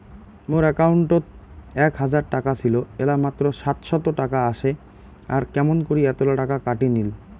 মোর একাউন্টত এক হাজার টাকা ছিল এলা মাত্র সাতশত টাকা আসে আর কেমন করি এতলা টাকা কাটি নিল?